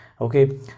okay